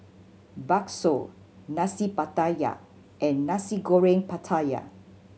bakso Nasi Pattaya and Nasi Goreng Pattaya